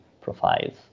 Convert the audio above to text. profiles